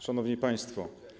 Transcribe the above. Szanowni Państwo!